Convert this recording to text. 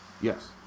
yes